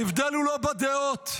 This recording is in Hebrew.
ההבדל הוא לא בדעות,